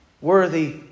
worthy